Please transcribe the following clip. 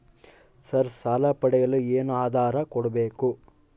Sir ಸಾಲ ಪಡೆಯಲು ಏನು ಆಧಾರ ಕೋಡಬೇಕು?